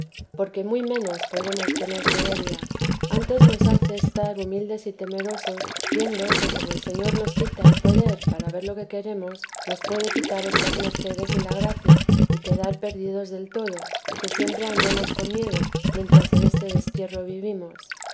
porque muy menos podemos tener soberbia antes nos hace estar humildes y temerosos viendo que como el señor nos quita el poder para ver lo que queremos nos puede quitar estas mercedes y la gracia y quedar perdíteresa t v jesís dos del todo y que siempre andemos con miedo mientras en este destierro vivimos